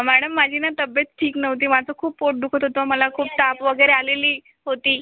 madam माझी नं तब्येत ठीक नव्हती माझं खूप पोट दुखत होतं मला खूप ताप वगैरे आलेली होती